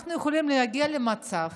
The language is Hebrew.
אנחנו יכולים להגיע למצב